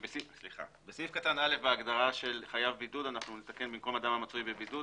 נתקן את ההגדרה של חייב בידוד כך שבמקום האדם המצוי בבידוד